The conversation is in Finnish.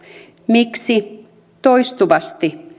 miksi toistuvasti